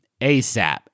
ASAP